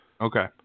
Okay